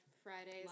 Fridays